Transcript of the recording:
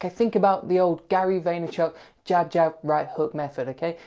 think about the old gary vaynerchuk jab, jab, right hook method, okay.